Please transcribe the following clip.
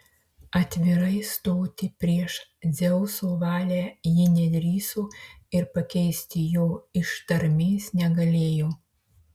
atvirai stoti prieš dzeuso valią ji nedrįso ir pakeisti jo ištarmės negalėjo